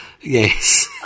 Yes